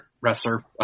wrestler